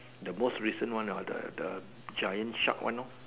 the most recent one of the the giant shark one lor